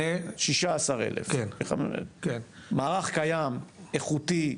16,000. מערך קיים, איכותי,